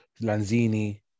Lanzini